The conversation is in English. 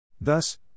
Thus